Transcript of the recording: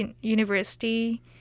university